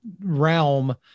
realm